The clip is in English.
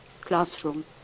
classroom